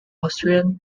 austrian